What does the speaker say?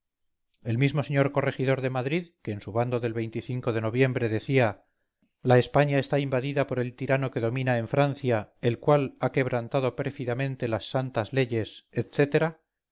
el mismo señor corregidor de madrid que en su bando del de noviembre decía la españa está invadida por el tirano que domina en francia el cual ha quebrantado pérfidamente las santas leyes